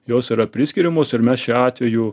jos yra priskiriamos ir mes šiuo atveju